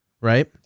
right